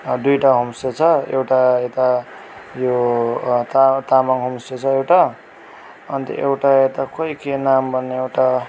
दुइटा होमस्टे छ एउटा यता यो तामाङ होमस्टे छ एउटा अन्त एउटा यता खोइ के नाम भन्ने एउटा